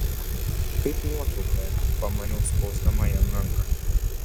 kaip nuotraukoje pamaniau spausdama jam ranką